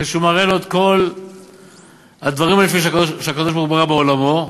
אחרי שהוא מראה לו את כל הדברים הנפלאים שהקדוש-ברוך-הוא ברא בעולמו,